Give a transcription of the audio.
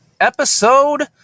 Episode